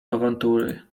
awantury